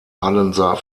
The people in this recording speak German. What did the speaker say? hallenser